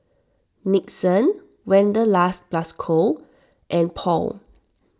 Nixon Wanderlust Plus Co and Paul